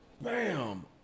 Bam